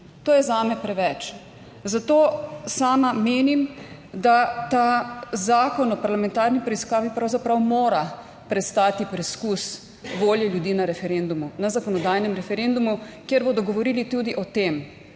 To je zame preveč. Zato sama menim, da ta zakon o parlamentarni preiskavi pravzaprav mora prestati preizkus volje ljudi na referendumu, na zakonodajnem referendumu, kjer bodo govorili tudi o tem,